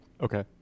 Okay